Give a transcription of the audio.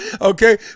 okay